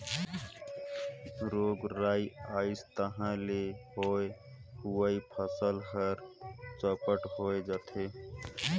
रोग राई अइस तहां ले होए हुवाए फसल हर चैपट होए जाथे